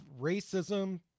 racism